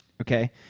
Okay